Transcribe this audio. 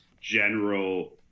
general